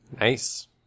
Nice